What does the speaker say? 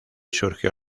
surgió